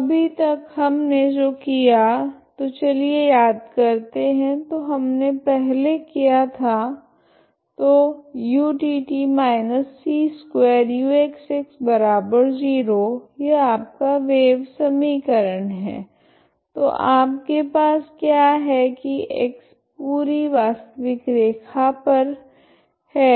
तो अभी तक हमने जो किया है तो चलिए याद करते है जो हमने पहले किया था तो utt c2uxx0 यह आपका वेव समीकरण है तो आपके पास क्या है की x पूरी वास्तविक रेखा पर है